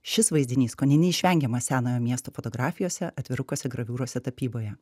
šis vaizdinys kone neišvengiamas senojo miesto fotografijose atvirukuose graviūrose tapyboje